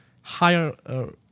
higher